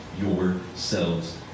yourselves